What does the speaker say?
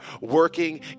working